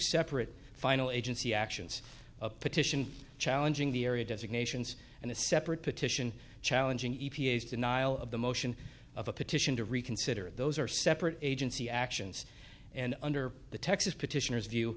separate final agency actions a petition challenging the area designations and a separate petition challenging e p a s denial of the motion of a petition to reconsider those are separate agency actions and under the texas petitioners view